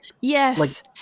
Yes